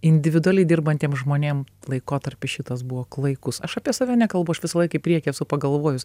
individualiai dirbantiem žmonėm laikotarpis šitas buvo klaikus aš apie save nekalbu aš visą laiką į priekį esu pagalvojus